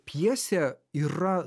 pjesė yra